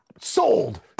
sold